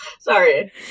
Sorry